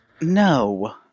No